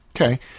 okay